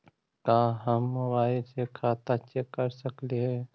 का हम मोबाईल से खाता चेक कर सकली हे?